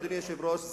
אדוני היושב-ראש,